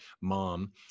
mom